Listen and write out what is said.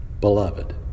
Beloved